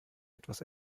etwas